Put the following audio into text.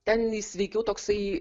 ten jis veikiau toksai